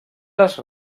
les